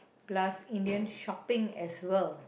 plus in the end shopping as well